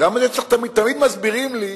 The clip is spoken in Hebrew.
תמיד מסבירים לי,